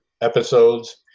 episodes